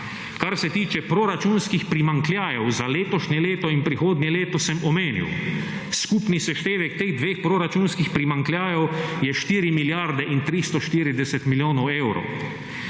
Kar se tiče proračunskih primanjkljajev za letošnje leto in prihodnje leto sem omenil. Skupni seštevek teh dveh proračunskih primanjkljajev je štiri milijarde in 340 milijonov evrov.